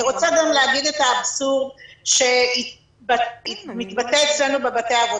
אני רוצה גם להגיד את האבסורד שמתבטא אצלנו בבתי האבות.